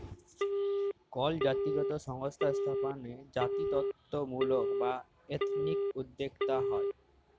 call জাতিগত সংস্থা স্থাপনে জাতিত্বমূলক বা এথনিক উদ্যক্তা হ্যয়